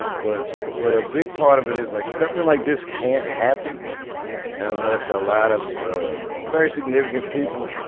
but but a big part of it is, like, something like this can't happen unless a lot of ah very significant people,